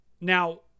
Now